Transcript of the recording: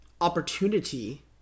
opportunity